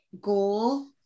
goal